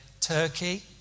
Turkey